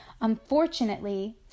Unfortunately